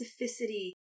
specificity